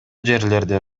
жерлерде